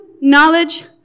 knowledge